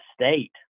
state